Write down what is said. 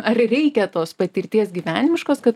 ar reikia tos patirties gyvenimiškos kad